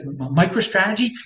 microstrategy